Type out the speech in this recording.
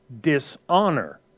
dishonor